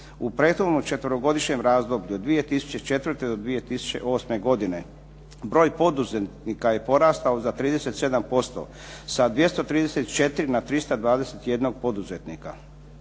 U prethodnom četverogodišnjem razdoblju od 2004. do 2008. godine broj poduzetnika je porastao za 37%. Sa 234 na 321 poduzetnika.